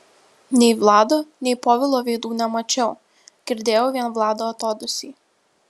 nei vlado nei povilo veidų nemačiau girdėjau vien vlado atodūsį